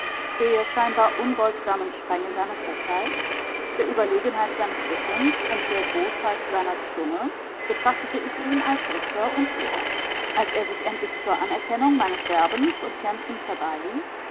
der scheinbar unbeugsamen strenge seines urteils der überlegenheit seines wissens und der bosheit seiner zunge betrachtete ich ihn als richter und führer als er sich endlich zur anerkennung meines werbens und kämpfens